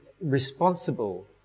responsible